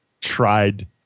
tried